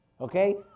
okay